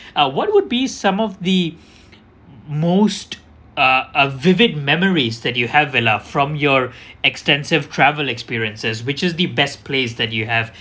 uh what would be some of the most uh uh vivid memories that you have vella from your extensive travel experiences which is the best place that you have